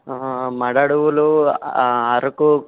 మడ అడవులు అరకు